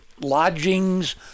lodgings